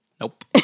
Nope